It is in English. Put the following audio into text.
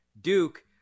Duke